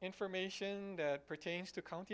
information that pertains to count